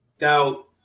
Now